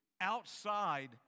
outside